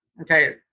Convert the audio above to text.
okay